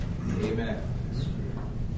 Amen